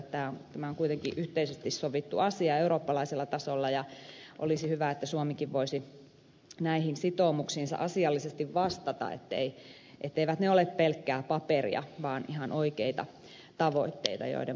tämä on kuitenkin yhteisesti sovittu asia eurooppalaisella tasolla ja olisi hyvä että suomikin voisi näihin sitoumuksiinsa asiallisesti vastata etteivät ne ole pelkkää paperia vaan ihan oikeita tavoitteita joiden puolesta toimitaan